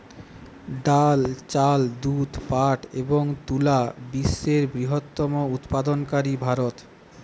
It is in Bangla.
ডাল, চাল, দুধ, পাট এবং তুলা বিশ্বের বৃহত্তম উৎপাদনকারী ভারত